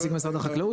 נציג משרד החקלאות,